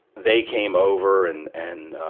they came over. and, and,